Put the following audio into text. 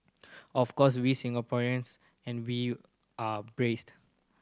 of course we Singaporeans and we are brassed